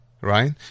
right